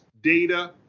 data